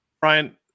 Brian